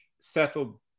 settled